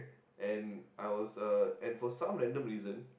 and I was uh and for some random reason